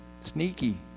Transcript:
sneaky